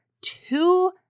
two